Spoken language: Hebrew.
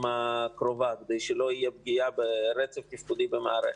הקרובה כדי שלא תהיה פגיעה ברצף התפקודי במערכת.